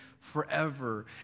forever